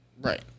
right